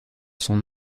son